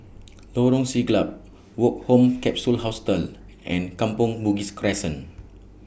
Lorong Siglap Woke Home Capsule Hostel and Kampong Bugis Crescent